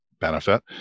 benefit